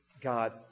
God